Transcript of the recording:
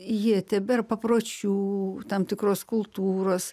jie tebėra papročių tam tikros kultūros